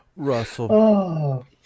Russell